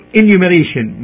enumeration